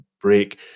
break